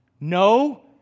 no